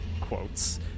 quotes